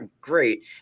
great